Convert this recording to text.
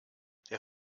der